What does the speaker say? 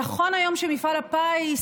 נכון היום שמפעל הפיס,